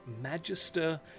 Magister